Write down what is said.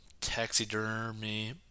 taxidermy